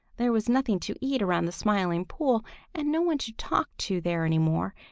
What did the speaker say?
there was nothing to eat around the smiling pool and no one to talk to there any more,